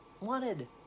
wanted